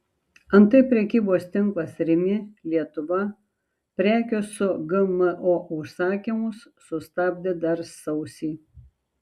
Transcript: antai prekybos tinklas rimi lietuva prekių su gmo užsakymus sustabdė dar sausį